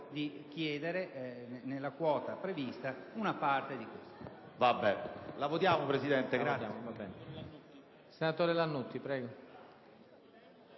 di chiedere, nella quota prevista, una parte di questa.